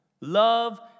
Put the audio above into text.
Love